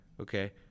Okay